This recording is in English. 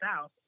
south